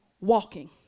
walking